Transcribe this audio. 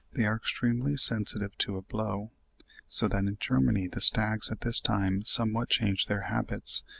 they are extremely sensitive to a blow so that in germany the stags at this time somewhat change their habits,